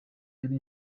yari